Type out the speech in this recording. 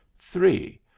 three